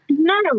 No